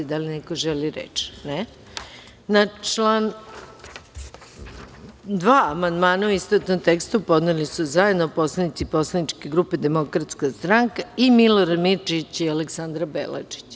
Da li neko želi reč? (Ne.) Na član 2. amandmane u istovetnom tekstu podneli su zajedno poslanici poslaničke grupe Demokratska stranka i Milorad Mirčić i Aleksandra Belačić.